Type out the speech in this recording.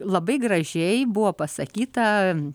labai gražiai buvo pasakyta